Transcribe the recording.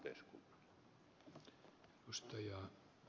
arvoisa puhemies